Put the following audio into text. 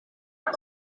een